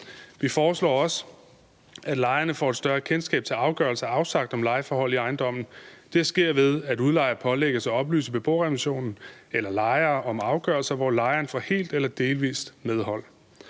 Vi foreslår også, at lejerne får et større kendskab til afgørelser afsagt om lejeforhold i ejendommen, og det sker, ved at udlejer pålægges at oplyse beboerorganisationen eller lejere om afgørelser, hvor lejeren får helt eller delvist medhold.